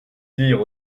dire